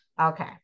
Okay